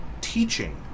teaching